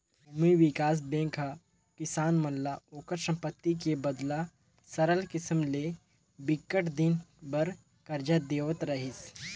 भूमि बिकास बेंक ह किसान मन ल ओखर संपत्ति के बदला सरल किसम ले बिकट दिन बर करजा देवत रिहिस